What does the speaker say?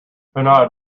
hanaud